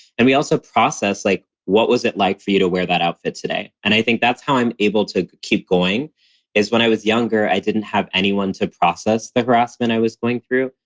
and we also process like, what was it like for you to wear that outfit today? and i think that's how i'm able to keep going is when i was younger, i didn't have anyone to process the harassment i was going through.